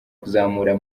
kuzamura